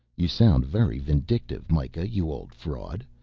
you sound very vindictive, mikah you old fraud.